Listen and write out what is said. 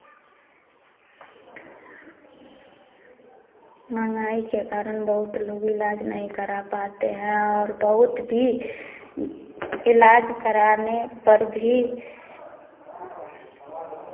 महँगाई के कारण बहुत लोग इलाज नहीं करा पाते हैं और बहुत भी इलाज कराने पर भी